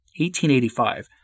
1885